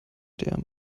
der